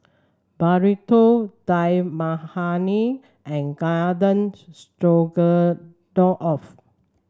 Burrito Dal Makhani and Garden Stroganoff